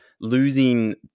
losing